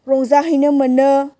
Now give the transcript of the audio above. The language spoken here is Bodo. रंजाहैनो मोनो